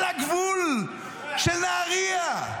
על הגבול של נהריה,